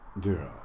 girl